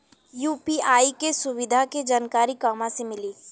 UPI के सुविधा के जानकारी कहवा से मिली?